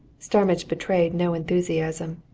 starmidge betrayed no enthusiasm.